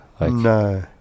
No